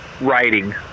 writing